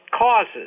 causes